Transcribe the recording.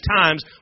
times